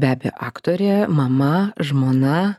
be abejo aktorė mama žmona